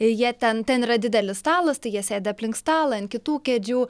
ir jie ten ten yra didelis stalas tai jie sėdi aplink stalą ant kitų kėdžių